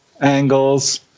angles